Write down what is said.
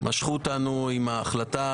משכו אותנו עם ההחלטה,